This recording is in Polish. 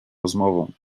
rozmową